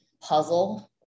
puzzle